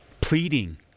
pleading